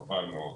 וחבל מאוד.